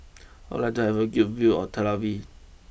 I would like to have a good view of Tel Aviv